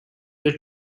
were